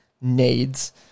nades